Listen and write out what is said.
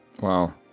Wow